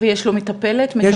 ויש לו מטפלת או מטפל?